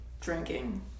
drinking